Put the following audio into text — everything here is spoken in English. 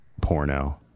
porno